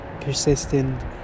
persistent